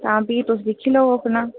तां फ्ही तुस दिक्खी लैओ अपना